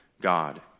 God